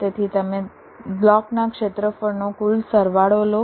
તેથી તમે બ્લોકના ક્ષેત્રફળનો કુલ સરવાળો લો